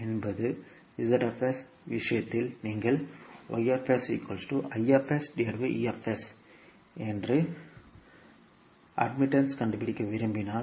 எனவே விஷயத்தில் நீங்கள் என்று சேர்க்கை கண்டுபிடிக்க விரும்பினால்